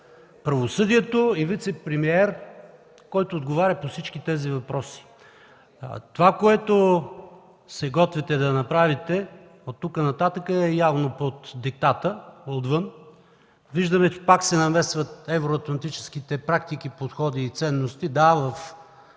правосъдието и вицепремиер, който отговаря по всички тези въпроси! Това, което се готвите да направите от тук нататък, е явно под диктата отвън. Виждаме, че пак се намесват евроатлантическите практики, подходи и ценности. Да, в